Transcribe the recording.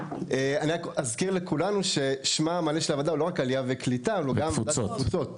אזכיר לכולנו ששמה המלא של הוועדה כולל גם את התפוצות.